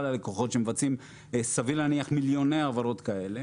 הלקוחות שסביר להניח מבצעים מיליוני העברות כאלה